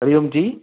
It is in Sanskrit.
हरिः ओं जि